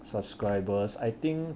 subscribers I think